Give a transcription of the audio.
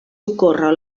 ocorre